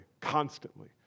constantly